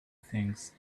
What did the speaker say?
things